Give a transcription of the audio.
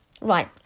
right